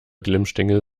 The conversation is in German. glimmstängel